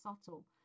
subtle